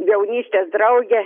jaunystės draugė